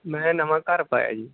ਮੈਂ ਨਵਾਂ ਘਰ ਪਾਇਆ ਜੀ